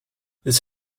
its